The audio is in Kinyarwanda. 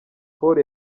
paul